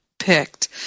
Picked